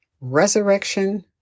Resurrection